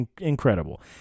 Incredible